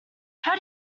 how